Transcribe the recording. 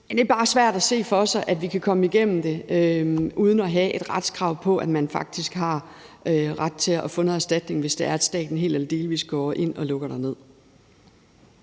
er bare svært at se for sig, at vi kan komme igennem det uden at have et retskrav på, at man faktisk har ret til at få noget erstatning, hvis staten helt eller delvis går ind og lukker en ned.